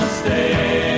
stay